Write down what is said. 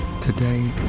Today